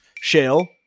Shale